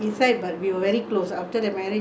my husband side they are all very nice